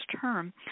term